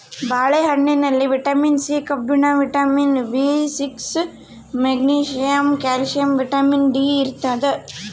ಬಾಳೆ ಹಣ್ಣಿನಲ್ಲಿ vitamin C ಕಬ್ಬಿಣ vitamin B six magnesium calcium vitamin D ಇರ್ತಾದ